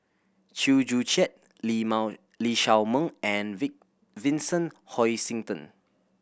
Chew Joo Chiat lee Lee Shao Meng and Vincent Hoisington